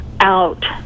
out